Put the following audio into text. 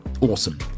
awesome